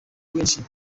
kwinshi